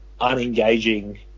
unengaging